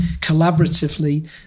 collaboratively